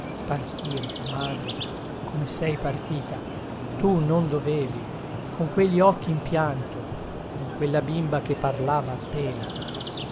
partire o madre come sei partita tu non dovevi con quelli occhi in pianto con quella bimba che parlava appena